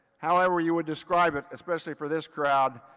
however you would describe it, especially for this crowd,